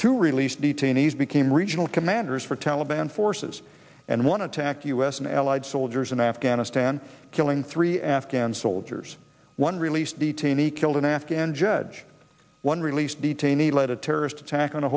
to release detainees became regional commanders for taliban forces and one attack u s and allied soldiers in afghanistan killing three afghan soldiers one released detainee killed an afghan judge one released detainee let a terrorist attack on a